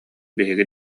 биһиги